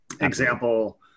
example